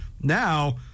now